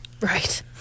right